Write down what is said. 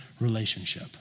relationship